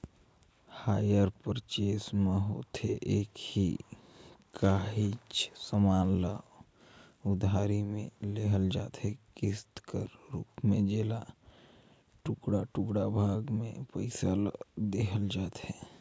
hire purchase में होथे ए कि काहींच समान ल उधारी में लेहल जाथे किस्त कर रूप में जेला टुड़का टुड़का भाग में पइसा ल देहल जाथे